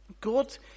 God